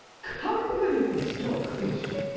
company, stockfish?